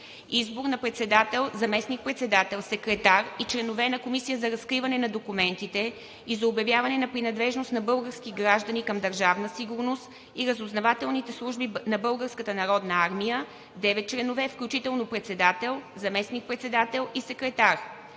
Избор на председател, заместник-председател, секретар и членове на Комисията за разкриване на документите и за обявяване на принадлежност на български граждани към Държавна сигурност и разузнавателните служби на Българската народна армия – девет членове, включително председател, заместник-председател и секретар.